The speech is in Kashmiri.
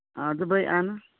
اَدٕ بَے اَنہٕ